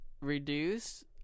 Reduce